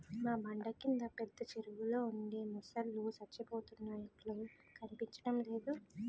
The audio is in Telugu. మా బండ కింద పెద్ద చెరువులో ఉండే మొసల్లు సచ్చిపోయినట్లున్నాయి కనిపించడమే లేదు